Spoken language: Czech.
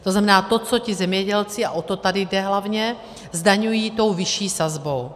To znamená, to, co ti zemědělci, a o to tady jde hlavně, zdaňují tou vyšší sazbou.